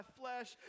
flesh